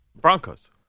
Broncos